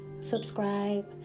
subscribe